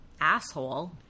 Asshole